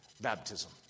Baptism